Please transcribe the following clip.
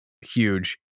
huge